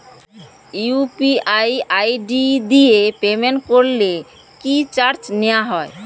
UPI ID দিয়ে payment করলে কি চার্জ নেয়া হয়?